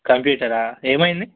కంప్యూటరా ఏమైంది